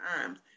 times